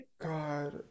God